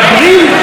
מדברים,